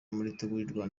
muritegurirwa